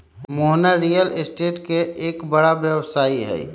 Mohana real estate के एक बड़ा व्यवसायी हई